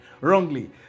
wrongly